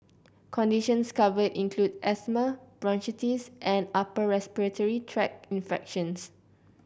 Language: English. conditions covered include asthma bronchitis and upper respiratory tract infections